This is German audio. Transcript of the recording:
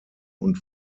und